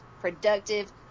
productive